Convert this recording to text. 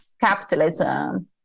capitalism